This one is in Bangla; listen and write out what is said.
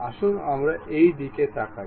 আসুন আমরা এই দিকে তাকাই